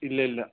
ഇല്ല ഇല്ല